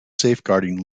safeguarding